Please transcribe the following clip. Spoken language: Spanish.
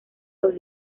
los